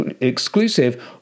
exclusive